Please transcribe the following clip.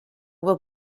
will